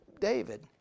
David